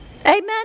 Amen